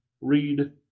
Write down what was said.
read